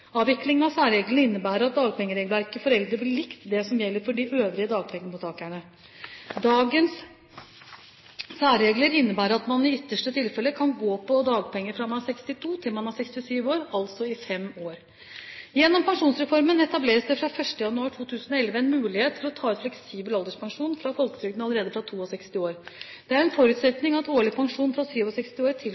av særreglene innebærer at dagpengeregelverket for eldre blir likt det som gjelder for de øvrige dagpengemottakerne. Dagens særregler innebærer at man i ytterste tilfelle kan gå på dagpenger fra man er 62 til man er 67 år, altså i fem år. Gjennom pensjonsreformen etableres det fra 1. januar 2011 en mulighet til å ta ut fleksibel alderspensjon fra folketrygden allerede fra 62 år. Det er en forutsetning at årlig pensjon fra 67 år